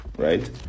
right